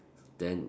then